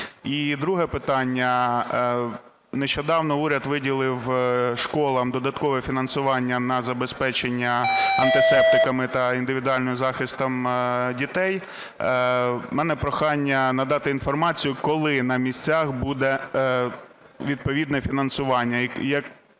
І друге питання. Нещодавно уряд виділив школам додаткове фінансування на забезпечення антисептиками та індивідуальним захистом дітей. У мене прохання надати інформацію, коли на місцях буде відповідне фінансування